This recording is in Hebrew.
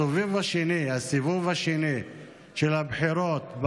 הסיבוב השני של הבחירות,